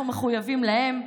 אנחנו מחויבים להם,